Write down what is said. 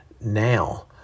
now